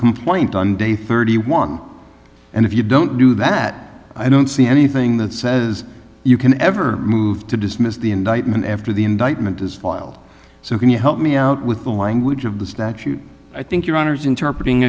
complaint on day thirty one and if you don't do that i don't see anything that says you can ever move to dismiss the indictment after the indictment is filed so can you help me out with the language of the statute i think your honour's interpret